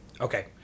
Okay